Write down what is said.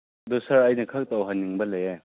ꯑꯗꯣ ꯁꯥꯔ ꯑꯩꯅ ꯈꯔ ꯇꯧꯍꯟꯅꯤꯡꯕ ꯂꯩꯌꯦ